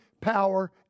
power